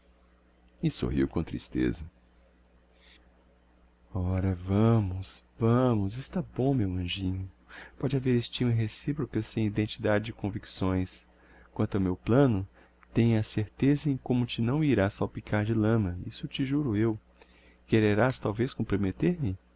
e sorriu com tristeza ora vamos vamos está bom meu anjinho pode haver estima reciproca sem identidade de convicções quanto ao meu plano tem a certeza em como te não irá salpicar de lama isso te juro eu quererás talvez